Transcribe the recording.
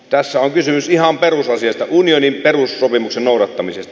tässä on kysymys ihan perusasiasta unionin perussopimuksen noudattamisesta